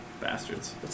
Bastards